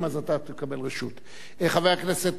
חבר הכנסת מוחמד ברכה, ראשון הדוברים.